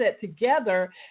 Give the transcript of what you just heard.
together